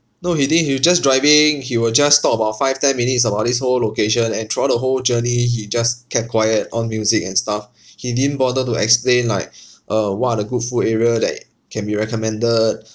no he didn't he was just driving he will just talk about five ten minutes about this whole location and throughout the whole journey he just kept quiet on music and stuff he didn't bother to explain like uh what are the good food area that can be recommended